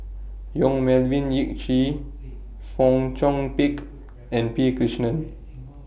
Yong Melvin Yik Chye Fong Chong Pik and P Krishnan